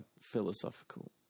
philosophical